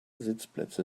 sitzplätze